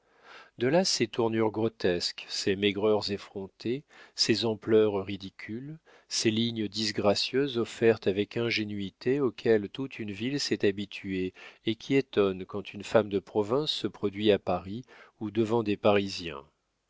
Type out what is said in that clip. de là ces tournures grotesques ces maigreurs effrontées ces ampleurs ridicules ces lignes disgracieuses offertes avec ingénuité auxquelles toute une ville s'est habituée et qui étonnent quand une femme de province se produit à paris ou devant des parisiens